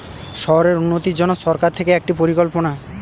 শহরের উন্নতির জন্য সরকার থেকে একটি পরিকল্পনা